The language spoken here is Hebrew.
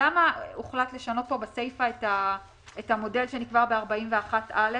למה הוחלט לשנות פה בסיפה את המודל שנקבע בסעיף 41(א),